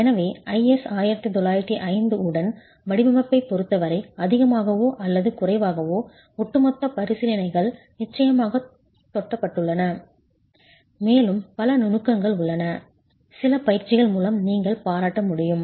எனவே IS 1905 உடன் வடிவமைப்பைப் பொருத்தவரை அதிகமாகவோ அல்லது குறைவாகவோ ஒட்டுமொத்த பரிசீலனைகள் நிச்சயமாகத் தொட்டப்பட்டுள்ளன மேலும் பல நுணுக்கங்கள் உள்ளன சில பயிற்சிகள் மூலம் நீங்கள் பாராட்ட முடியும்